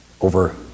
over